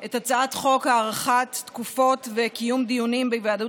את הצעת חוק הארכת תקופות וקיום דיונים בהיוועדות